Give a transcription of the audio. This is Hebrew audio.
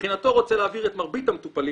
מבחינתו רוצה להעביר את מרבית המטופלים